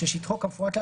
ששטחו כמפורט להלן,